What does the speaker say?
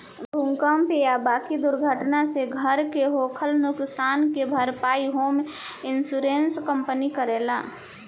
भूकंप आ बाकी दुर्घटना से घर के होखल नुकसान के भारपाई होम इंश्योरेंस कंपनी करेले